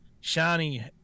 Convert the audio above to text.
shiny